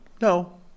no